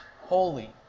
holy